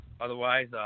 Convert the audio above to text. otherwise